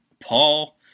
Paul